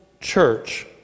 church